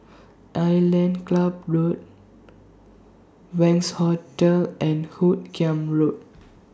Island Club Road Wangz Hotel and Hoot Kiam Road